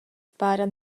paran